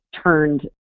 turned